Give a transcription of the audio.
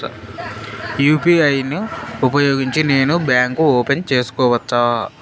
UPI ను ఉపయోగించి నేను బ్యాంకు ఓపెన్ సేసుకోవచ్చా?